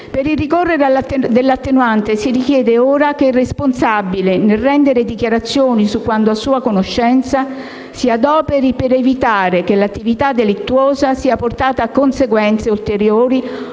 Per il ricorrere dell'attenuante si richiede ora che il responsabile, nel rendere dichiarazioni su quanto a sua conoscenza, si adoperi per evitare che l'attività delittuosa sia portata a conseguenze ulteriori